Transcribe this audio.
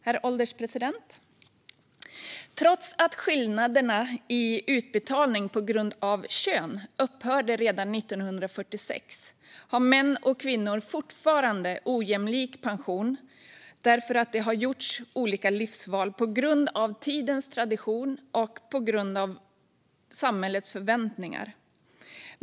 Herr ålderspresident! Trots att skillnaderna i utbetalning på grund av kön upphörde redan 1946 har män och kvinnor fortfarande ojämlika pensioner eftersom de har gjort olika livsval på grund av tidens tradition och på grund av samhällets förväntningar.